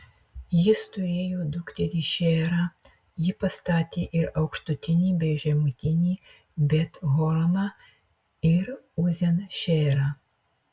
jis turėjo dukterį šeerą ji pastatė ir aukštutinį bei žemutinį bet horoną ir uzen šeerą